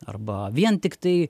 arba vien tiktai